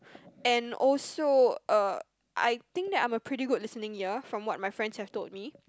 and also uh I think that I am a pretty good listening ear from what my friends have told me